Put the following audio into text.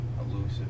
elusive